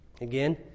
again